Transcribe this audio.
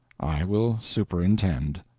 i will superintend.